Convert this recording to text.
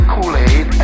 Kool-Aid